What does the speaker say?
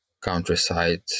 countryside